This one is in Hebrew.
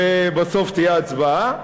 ובסוף תהיה הצבעה.